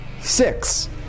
Six